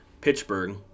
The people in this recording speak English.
Pittsburgh